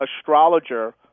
astrologer